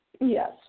Yes